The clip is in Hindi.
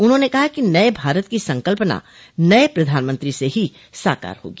उन्होंने कहा कि नये भारत की संकल्पना नये प्रधानमंत्री से ही साकार होगी